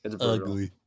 ugly